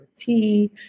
tea